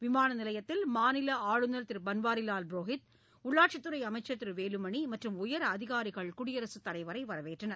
விமான நிலையத்தில் மாநில ஆளுநர் திரு பன்வாரிலால் புரோஹித் உள்ளாட்சித் துறை அமைச்சர் திரு வேலுமணி மற்றும் உயரதிகாரிகள் குடியரசுத் தலைவரை வரவேற்றனர்